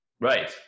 Right